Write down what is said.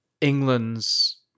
England's